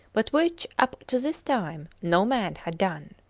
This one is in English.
but which, up to this time, no man had done.